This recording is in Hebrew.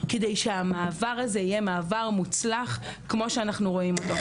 כדי שהמעבר הזה יהיה מעבר מוצלח כמו שאנחנו רואים אותו.